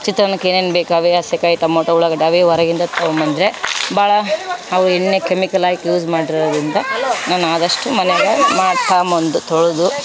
ಚಿತ್ರಾನ್ನಕ್ಕೆ ಏನೇನು ಬೇಕು ಅವೆ ಹಸೆಕಾಯಿ ಟಮೋಟೊ ಉಳ್ಳಾಗಡ್ಡೆ ಅವೆ ಹೊರಗಿಂದ ತೊಗೊಂಡ್ಬಂದ್ರೆ ಭಾಳ ಅವು ಎಣ್ಣೆ ಕೆಮಿಕಲ್ ಹಾಕಿ ಯೂಸ್ ಮಾಡೋದ್ರಿಂದ ನಾನು ಆದಷ್ಟು ಮನೆಯಾಗ ಮಾಡಿ ತೊಗೊಂಬಂದು ತೊಳೆದು